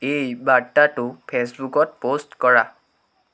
এই বাৰ্তাটো ফেইচবুকত প'ষ্ট কৰা